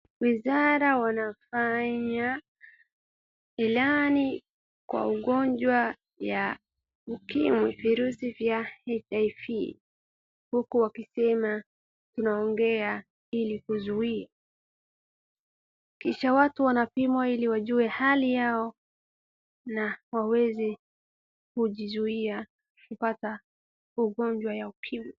Wizara wanafanya ilani kwa ugonjwa wa ukimwi, virusi vya HIV , huku wakisema tunaongea ili kuzuia. Kisha watu wanapimwa ili wajue hali yao na w aweze kujizuia kupata ugonjwa wa ukimwi.